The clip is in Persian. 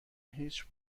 هیچ